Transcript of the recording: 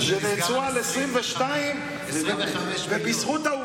הם נעצרו על 22. וזה נסגר על 25 מיליון לנושאים חברתיים.